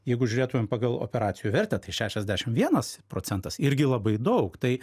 jeigu žiūrėtumėm pagal operacijų vertę tai šešiasdešim vienas procentas irgi labai daug tai